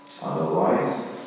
Otherwise